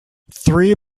three